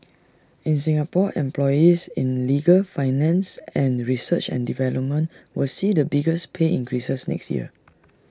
in Singapore employees in legal finance and research and development will see the biggest pay increases next year